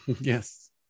Yes